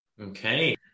okay